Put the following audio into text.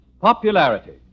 Popularity